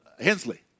Hensley